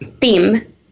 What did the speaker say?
theme